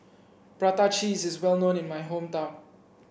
Prata Cheese is well known in my hometown